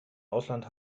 ausland